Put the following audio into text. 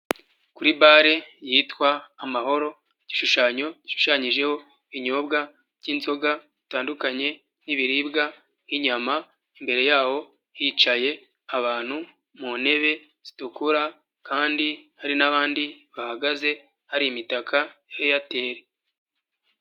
Kuri bar yitwa amahoro igishushanyo gishushanyijeho ibinyobwa by'inzoga bitandukanye n'ibiribwa nk'inyama, imbere yaho hicaye abantu mu ntebe zitukura kandi hari n'abandi bahagaze hari imitaka ya Airtel.